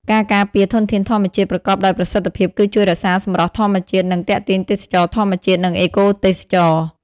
ការការពារធនធានធម្មជាតិប្រកបដោយប្រសិទ្ធភាព គឺជួយរក្សា សម្រស់ធម្មជាតិ និង ទាក់ទាញទេសចរណ៍ធម្មជាតិ និងអេកូទេសចរណ៍។